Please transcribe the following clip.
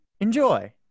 enjoy